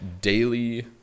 daily